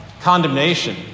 condemnation